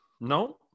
No